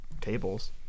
tables